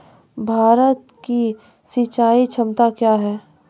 भारत की सिंचाई क्षमता क्या हैं?